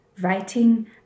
Writing